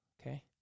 Okay